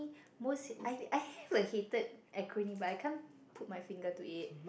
most I I have a hated acronym but I can't put my finger to it